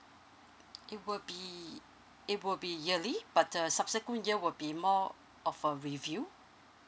it will be it will be yearly but the subsequent year will be more of a review